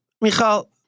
Michal